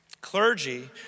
Clergy